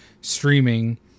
streaming